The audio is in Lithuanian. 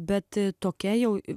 bet tokia jau